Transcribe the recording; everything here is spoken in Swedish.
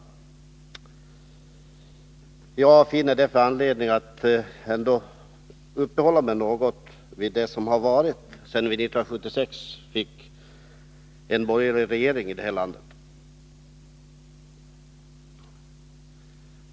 Jag finner därför anledning att uppehålla mig något vid det som har förevarit sedan vi 1976 fick en borgerlig regering i det här landet.